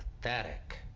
pathetic